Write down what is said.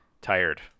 tired